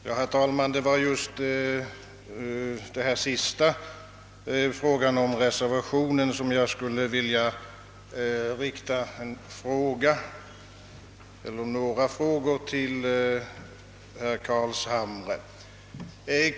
Herr talman! Det är just beträffande detta med reservationen, som jag vill rikta några frågor till herr Carlshamre.